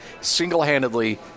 Single-handedly